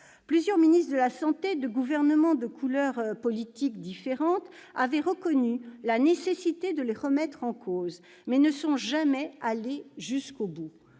Plusieurs ministres de la santé de gouvernements de couleur politique différente avaient reconnu la nécessité de remettre en question ceux-ci, mais ils ne sont jamais allés jusqu'au bout.